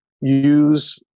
use